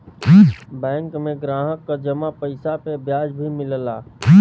bank में ग्राहक क जमा पइसा पे ब्याज भी मिलला